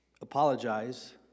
apologize